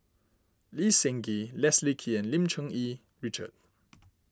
Lee Seng Gee Leslie Kee and Lim Cherng Yih Richard